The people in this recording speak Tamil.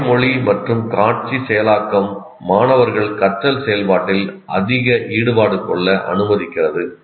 வாய்மொழி மற்றும் காட்சி செயலாக்கம் மாணவர்கள் கற்றல் செயல்பாட்டில் அதிக ஈடுபாடு கொள்ள அனுமதிக்கிறது